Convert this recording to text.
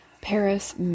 Paris